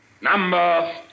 Number